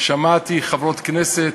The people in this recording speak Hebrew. שמעתי חברות כנסת,